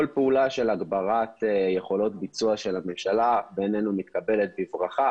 כל פעולה של הגברת יכולות ביצוע של הממשלה מתקבלת בברכה,